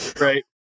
Right